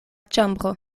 ĉambro